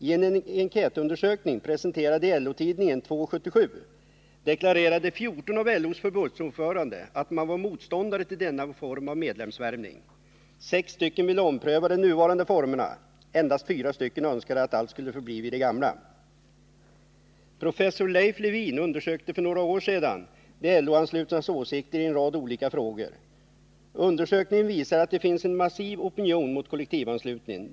I en enkätundersökning presenterad i LO-tidningen nr 2 år 1977 deklarerade 14 av LO:s förbundsordförande att de var motståndare till denna form av medlemsvärvning. 6 ville ompröva de nuvarande formerna. Endast 4 önskade att allt skulle förbli vid det gamla. Professor Leif Lewin undersökte för några år sedan de LO-anslutnas åsikter i en rad olika frågor. Undersökningen visade att det finns en massiv opinion mot kollektivanslutningen.